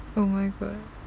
oh my god